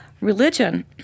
Religion